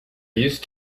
used